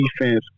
defense